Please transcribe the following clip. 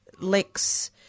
Lex